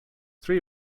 three